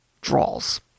draws